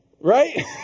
Right